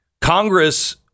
Congress